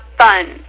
fun